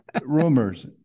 Rumors